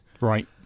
right